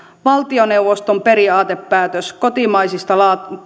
valtioneuvoston periaatepäätös kotimaisista